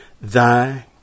Thy